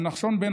הנחשון בן